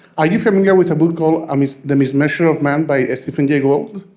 are you familiar with a book called i mean the mismeasure of man by stephen jay gould?